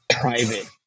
private